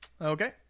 Okay